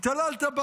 על ההתעללות,